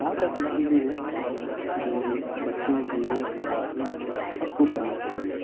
بہت ایسی چیزیں ہیں جو بچوں بوڑھوں عورتوں سب کو کرنا چاہیے